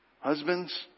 Husbands